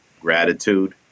gratitude